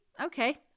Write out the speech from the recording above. Okay